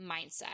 mindset